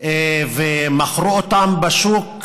ומכרו אותן בשוק.